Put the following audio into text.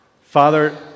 Father